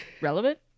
relevant